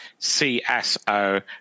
CSO